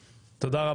תודה.